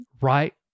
right